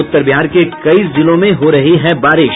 उत्तर बिहार के कई जिलों में हो रही है बारिश